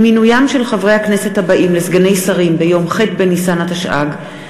עם מינוים של חברי הכנסת הבאים לסגני שרים ביום ח' בניסן התשע"ג,